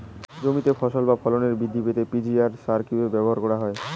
জমিতে ফসল বা ফলন বৃদ্ধিতে পি.জি.আর সার কীভাবে ব্যবহার করা হয়?